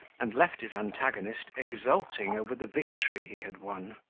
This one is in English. and left his antagonist exulting over the victory he had won.